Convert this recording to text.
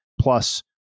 plus